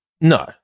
No